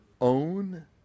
own